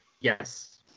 Yes